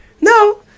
No